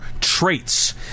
traits